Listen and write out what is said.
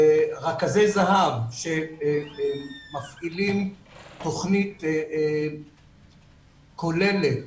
רכזי זה"ב מפעילים תוכנית כוללת,